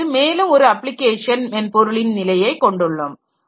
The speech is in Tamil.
அடுத்து மேலும் ஒரு அப்ளிகேஷன் மென்பொருளின் நிலையை கொண்டுள்ளோம்